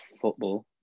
football